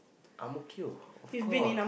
Ang-Mo-Kio of course